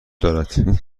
دارد